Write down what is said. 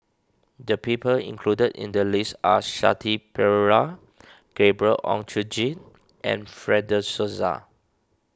the people included in the list are Shanti Pereira Gabriel Oon Chong Jin and Fred De Souza